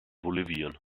bolivien